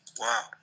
Wow